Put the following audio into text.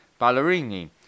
Ballerini